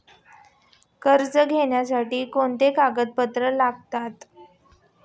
कर्ज घेण्यासाठी कोणती कागदपत्रे लागतात?